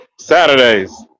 Saturdays